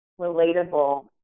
relatable